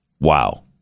Wow